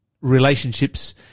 relationships